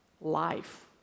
life